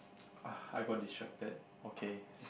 ah I got distracted okay